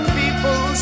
people